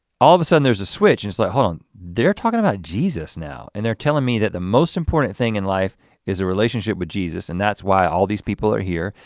all of a sudden, there's a switch. it's like, hold on, they're talking about jesus now, and they're telling me that the most important thing in life is a relationship with jesus. and that's why all these people are here.